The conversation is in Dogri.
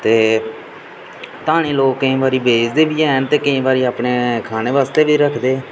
ते धानें गी केईं बारी लोक बेचदे बी हैन ते केईं बारी अपने खाने आस्तै बी रखदे